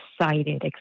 excited